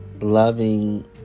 loving